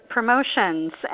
Promotions